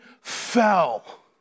fell